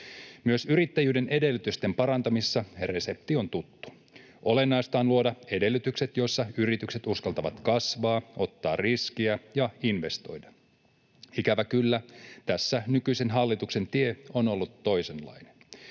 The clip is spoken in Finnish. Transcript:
Myös yrittäjyyden edellytysten parantamisessa resepti on tuttu. Olennaista on luoda edellytykset, joissa yritykset uskaltavat kasvaa, ottaa riskiä ja investoida. Ikävä kyllä tässä nykyisen hallituksen tie on ollut toisenlainen.